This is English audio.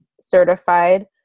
certified